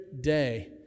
day